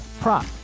prop